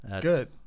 Good